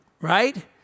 right